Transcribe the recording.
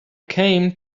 came